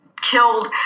Killed